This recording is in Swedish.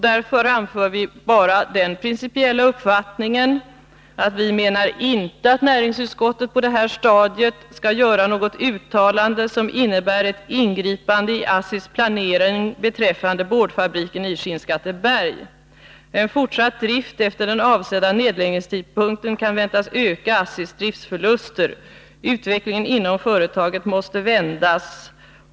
Där anför vi bara den principiella uppfattningen att vi inte anser att näringsutskottet på detta stadium skall göra något uttalande som innebär ett ingripande i ASSI:s planering beträffande boardfabriken i Skinnskatteberg. En fortsatt drift efter den avsedda nedläggningstidpunkten kan väntas öka ASSI:s driftsförluster. Utvecklingen inom företaget måste vändas.